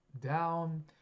down